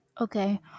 Okay